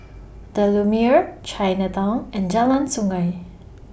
The Lumiere Chinatown and Jalan Sungei